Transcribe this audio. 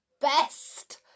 best